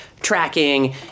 tracking